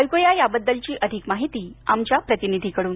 ऐकू या त्याबद्दलची अधिक माहिती आमच्या प्रतिनिधींकडून